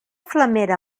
flamera